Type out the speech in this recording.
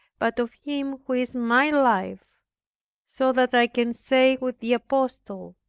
but of him who is my life so that i can say with the apostle,